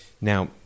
Now